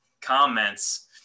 comments